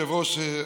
חברי היושב-ראש,